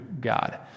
God